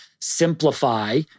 simplify